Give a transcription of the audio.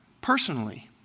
personally